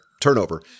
turnover